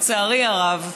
לצערי הרב,